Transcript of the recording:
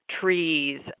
trees